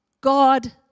God